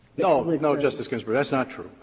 no, like no justice ginsburg, that's not true.